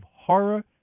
horror